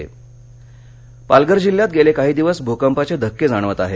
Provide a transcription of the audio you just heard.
पालघर भकंप पालघर जिल्ह्यात गेले काही दिवस भूकंपाचे धक्के जाणवत आहेत